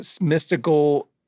mystical